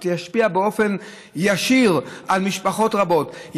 זה ישפיע באופן ישיר על משפחות רבות,